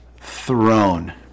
throne